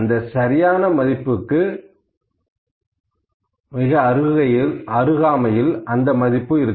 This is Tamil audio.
அந்த மதிப்பு சரியான மதிப்புக்கு மிக அருகில் இருக்கும்